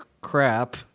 crap